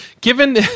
Given